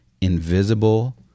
Invisible